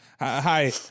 hi